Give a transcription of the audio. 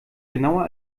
genauer